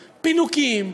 פינוקים,